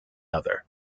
other